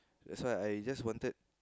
that's why I just wanted